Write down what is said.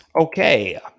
Okay